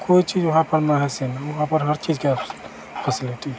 कोई चीज़ वहाँ पर ना है सेम वहाँ पर हर चीज़ की आव फेसिलिटी है